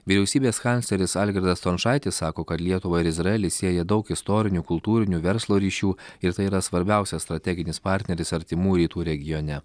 vyriausybės kancleris algirdas stončaitis sako kad lietuvą ir izraelį sieja daug istorinių kultūrinių verslo ryšių ir tai yra svarbiausias strateginis partneris artimų rytų regione